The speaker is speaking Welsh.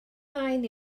nain